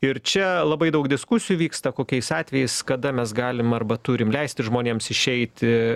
ir čia labai daug diskusijų vyksta kokiais atvejais kada mes galim arba turim leisti žmonėms išeiti